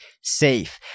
safe